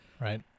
right